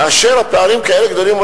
הפערים כאלה גדולים,